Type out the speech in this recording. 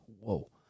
whoa